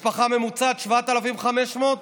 משפחה ממוצעת, 7,500,